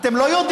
אתם לא יודעים,